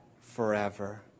forever